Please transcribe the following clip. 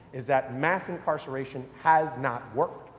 is that, mass incarceration has not worked,